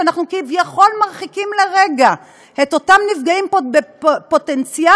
שאנחנו כביכול מרחיקים לרגע את אותם נפגעים פוטנציאליים,